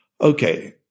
okay